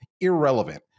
irrelevant